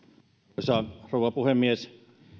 arvoisa rouva puhemies